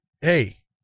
hey